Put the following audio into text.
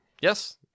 Yes